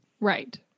Right